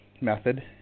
method